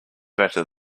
better